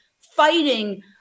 fighting